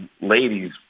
ladies